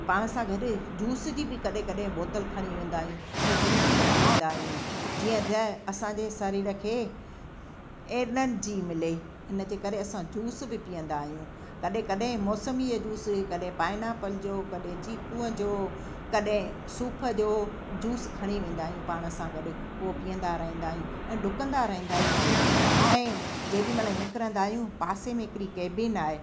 पाण सां गॾु जूस जी बि बोतल कॾहिं कॾहिं खणी वेंदा आहियूं त जूस बि पीअंदा आहियूं जीअं त असांजे शरीर खे एनर्जी मिले इन जे करे असां जूस बि पीअंदा आहियूं कॾहिं कॾहिं मौसमीअ जो जूस कॾहिं पाइन एप्पल जो कॾहिं चीकूअ जो कॾहिं सूफ जो जूस खणी वेंदा आहियूं पाण सां गॾु उहो पीअंदा रहंदा आहियूं डुकंदा रहंदा ई आहियूं ऐं जेॾी महिल निकिरंदा आहियूं पासे में हिकिड़ी कैबिन आहे